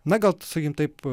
na gal sakykime taip